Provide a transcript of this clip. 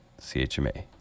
CHMA